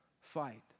fight